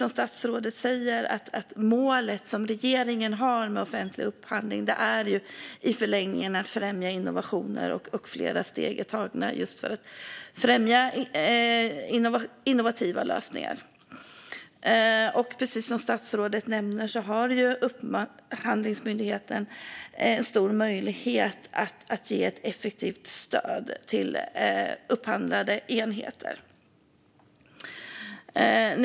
Som statsrådet säger är målet som regeringen har med offentlig upphandling i förlängningen att främja innovationer, och flera steg är tagna just för att främja innovativa lösningar. Precis som statsrådet nämner har Upphandlingsmyndigheten en stor möjlighet att ge ett effektivt stöd till upphandlande enheter.